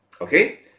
okay